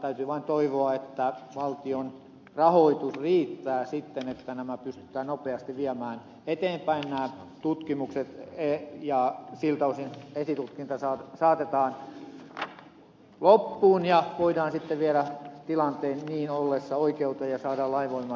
täytyy vain toivoa että valtion rahoitus riittää sitten että nämä tutkimukset pystytään nopeasti viemään eteenpäin ja siltä osin esitutkinta saatetaan loppuun ja voidaan sitten vielä tilanteen niin ollessa viedä oikeuteen ja saada lainvoimaiset päätökset